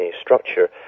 structure